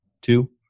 two